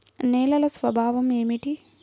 నేలల స్వభావం ఏమిటీ?